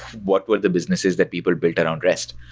what were the businesses that people built around rest?